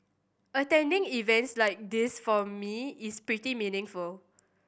attending events like this for me is pretty meaningful